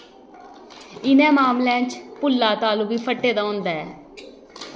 इ'नें मामलें च पुल्ला तालु बी फटे दा होंदा ऐ